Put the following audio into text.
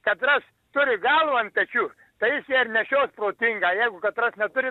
katras turi galvą ant pečių tai jis ją ir nešios protingą jeigu katras neturi